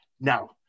Now